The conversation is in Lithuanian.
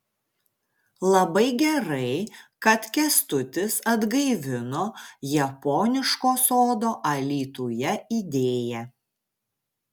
labai gerai kad kęstutis atgaivino japoniško sodo alytuje idėją